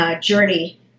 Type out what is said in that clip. journey